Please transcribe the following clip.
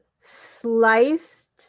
sliced